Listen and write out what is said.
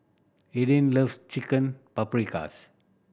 Arden loves Chicken Paprikas